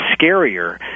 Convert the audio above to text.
scarier